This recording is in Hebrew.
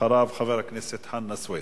אחריו, חבר הכנסת חנא סוייד.